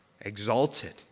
exalted